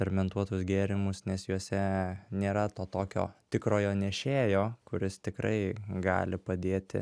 fermentuotus gėrimus nes juose nėra to tokio tikrojo nešėjo kuris tikrai gali padėti